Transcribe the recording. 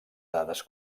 dades